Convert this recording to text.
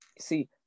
see